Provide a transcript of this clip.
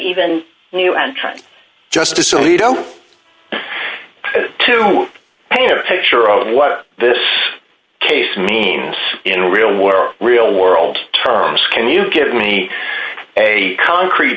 entrants justice alito to paint a picture of what this case means in real world real world terms can you give me a concrete